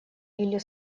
или